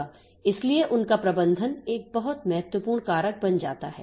इसलिए उनका प्रबंधन एक बहुत महत्वपूर्ण कारक बन जाता है